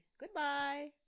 goodbye